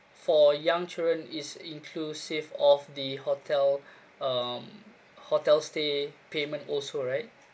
for young children is inclusive of the hotel um hotel stay payment also right